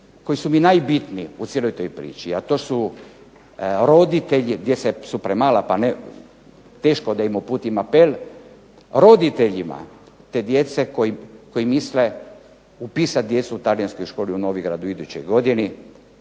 koji su mi najbitniji u cijeloj toj priči a to su roditelji gdje su premala pa teško da im uputim apel, roditeljima te djece koji misle upisati djecu u talijanskoj školi u Novigradu u idućoj godini